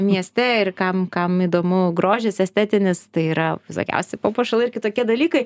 mieste ir kam kam įdomu grožis estetinis tai yra visokiausi papuošalai ir kitokie dalykai